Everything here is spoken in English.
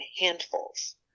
handfuls